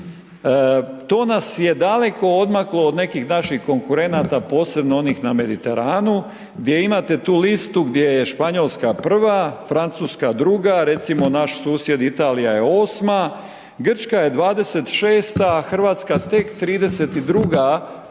To nas je daleko odmaklo od nekih naših konkurenata posebno onih na Mediteranu gdje imate tu listu gdje je Španjolska prva, Francuska druga, recimo naš susjed Italija je osma, Grčka je dvadeset šesta,